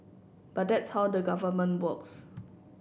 but that's how the Government works